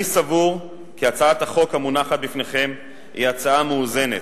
אני סבור כי הצעת החוק המונחת בפניכם היא הצעה מאוזנת,